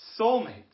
soulmates